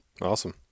awesome